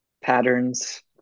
patterns